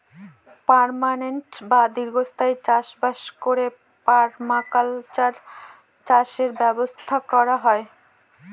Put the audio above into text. permanent বা দীর্ঘস্থায়ী চাষ বাস করে পারমাকালচার চাষের ব্যবস্থা করা হয়